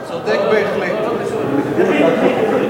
ההצעה להעביר את הצעת חוק הבנקאות (רישוי)